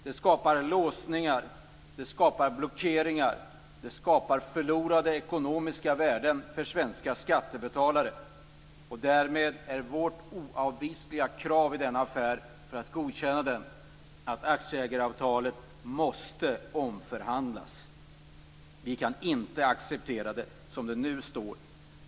Det skapar låsningar, det skapar blockeringar, och det skapar förlorade ekonomiska värden för svenska skattebetalare. Därmed är vårt oavvisliga krav i denna affär för att godkänna den att aktieägaravtalet måste omförhandlas. Vi kan inte acceptera det som det nu ser ut.